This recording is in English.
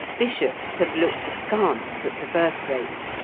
bishops have looked askance at the birth-rate,